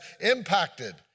impacted